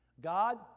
God